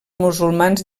musulmans